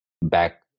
back